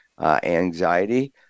anxiety